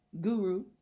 guru